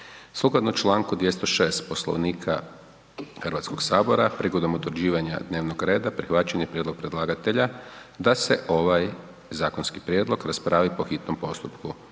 Sukladno 206. Poslovnika Hrvatskog sabora prigodom utvrđivanja dnevnog reda prihvaćen je prijedlog predlagatelja da se ovaj zakonski prijedlog raspravi po hitom postupku.